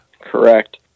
Correct